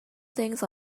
things